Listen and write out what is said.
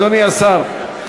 אדוני השר,